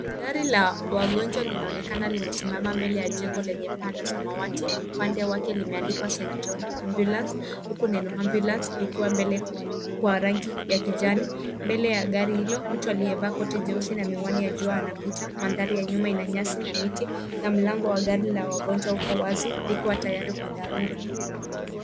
Gari la wagonjwa linaonekana limesimama mbele ya jengo lenye paa la samawati upande wake limeandikwa St John ambulance huku neno ambulance likiwa mbele kwa rangi ya kijani. Mbele ya gari hilo. mtu aliyevaa koti jeusi na miwani ya jua anapita. Mandhari ya nyuma ina nyasi na miti na mlango wa gari la wagonjwa uko wazi likiwa tayari kwa dharura.